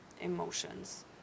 emotions